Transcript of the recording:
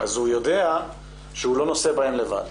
הוא יודע שהוא לא נושא בהם לבד.